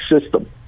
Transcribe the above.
system